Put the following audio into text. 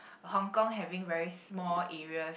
Hong Kong having very small areas